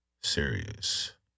serious